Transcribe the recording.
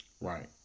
Right